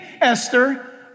Esther